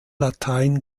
latein